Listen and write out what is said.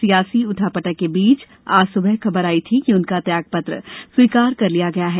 सियासी उठापटक के बीच आज सुबह खबर आयी थी कि उनका त्यागपत्र स्वीकार कर लिया गया है